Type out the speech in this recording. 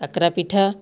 କାକରା ପିଠା